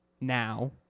now